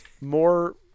More